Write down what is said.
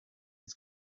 his